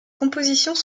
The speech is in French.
compositions